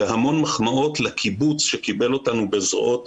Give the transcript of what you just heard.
והמון מחמאות לקיבוץ שקיבל אותנו בזרועות